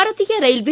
ಭಾರತೀಯ ಕೈಲ್ವೆ